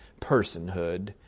personhood